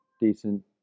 decent